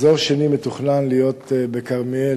האזור השני אמור להיות מתוכנן בכרמיאל